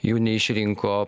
jų neišrinko